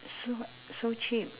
so so cheap